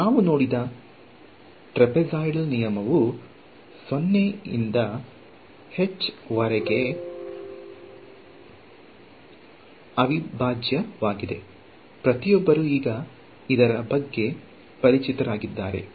ನಾವು ನೋಡಿದ ಟ್ರೆಪೆಜಾಯಿಡಲ್ ನಿಯಮವು 0 ರಿಂದ h ವರೆಗೆ ಅವಿಭಾಜ್ಯವಾಗಿದೆ ಪ್ರತಿಯೊಬ್ಬರೂ ಈಗ ಇದರ ಬಗ್ಗೆ ಪರಿಚಿತರಾಗಿದ್ದಾರೆ